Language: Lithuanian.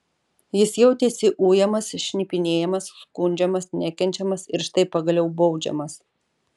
jis jautėsi ujamas šnipinėjamas skundžiamas nekenčiamas ir štai pagaliau baudžiamas